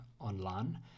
online